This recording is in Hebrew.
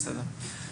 בסדר.